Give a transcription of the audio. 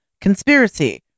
Conspiracy